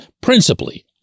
Principally